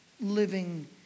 living